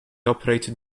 operated